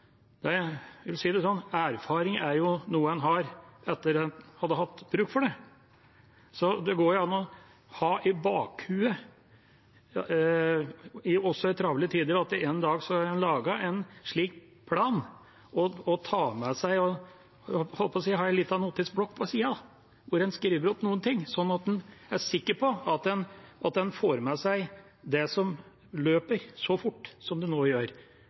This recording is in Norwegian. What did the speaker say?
Jeg vil si det sånn: Erfaring er jo noe en har etter at en hadde hatt bruk for det. Også i travle tider går det an å ha i bakhodet at en dag skal en lage en slik plan – og ta med seg en liten notisblokk hvor en skriver opp noen ting, slik at en er sikker på at en får med seg det som løper så fort som det nå gjør.